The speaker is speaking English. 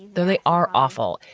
they are awful.